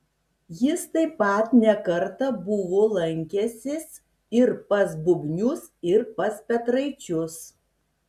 jis taip pat ne kartą buvo lankęsis ir pas bubnius ir pas petraičius